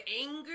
anger